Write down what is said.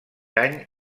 any